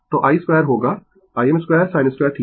तो i2 होगा Im2sin2θ